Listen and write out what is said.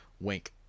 Wink